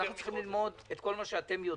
אנחנו צריכים ללמוד את כל מה שאתם יודעים.